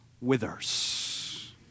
withers